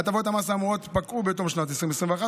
הטבות המס האמורות פקעו בתום שנת 2021,